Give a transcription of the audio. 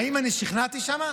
האם שכנעתי שם?